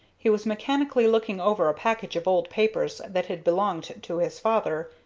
he was mechanically looking over a package of old papers that had belonged to his father,